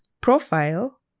profile